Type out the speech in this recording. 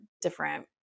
different